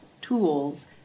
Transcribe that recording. tools